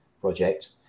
project